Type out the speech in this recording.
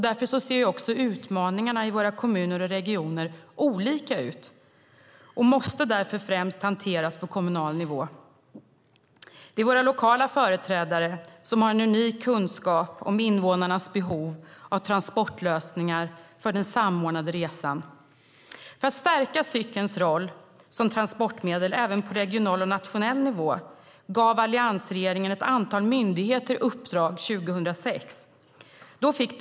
Därför ser också utmaningarna i våra kommuner och regioner olika ut och måste därför främst hanteras på kommunal nivå. Det är våra lokala företrädare som har en unik kunskap om invånarnas behov av transportlösningar för den samordnade resan. För att stärka cykelns roll som transportmedel även på regional och nationell nivå gav alliansregeringen 2006 uppdrag till ett antal myndigheter.